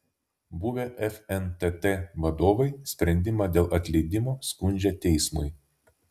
buvę fntt vadovai sprendimą dėl atleidimo skundžia teismui